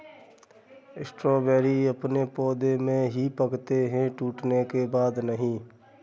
strawberry अपने पौधे में ही पकते है टूटने के बाद नहीं